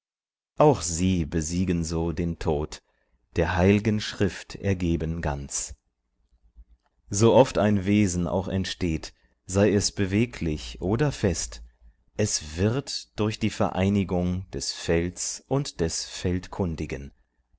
auch sie besiegen so den tod der heil'gen schrift ergeben ganz so oft ein wesen auch entsteht sei es beweglich oder fest es wird durch die vereinigung des felds und des